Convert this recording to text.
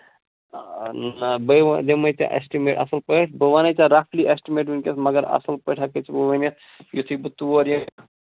آ بَے دِمَے ژےٚ ایسٹِمیٹ اَصٕل پٲٹھۍ بہٕ وَنَے ژٕ رَفلی ایسٹِمیٹ ؤنکیٚس مَگر اَصٕل پٲٹھۍ ہیٚکَے ژےٚ بہٕ ؤنِتھ یِتھُے بہٕ تور یہِ